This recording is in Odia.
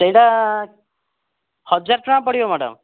ସେଇଟା ହଜାର ଟଙ୍କା ପଡ଼ିବ ମ୍ୟାଡ଼ାମ୍